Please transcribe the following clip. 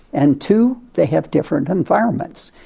and two, they have different environments.